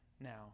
now